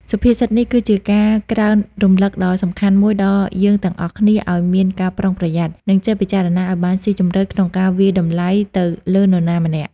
សុភាសិតនេះគឺជាការក្រើនរំលឹកដ៏សំខាន់មួយដល់យើងទាំងអស់គ្នាឲ្យមានការប្រុងប្រយ័ត្ន និងចេះពិចារណាឲ្យបានស៊ីជម្រៅក្នុងការវាយតម្លៃទៅលើនរណាម្នាក់។